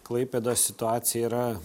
klaipėdos situacija yra